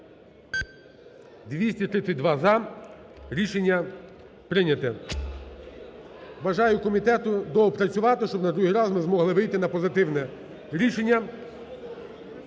За-232 Рішення прийнято. Бажаю комітету доопрацювати, щоб на другий раз ми змогли вийти на позитивне рішення.